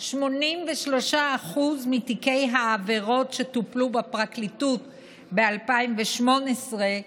83% מתיקי העבירות שטופלו בפרקליטות ב-2018,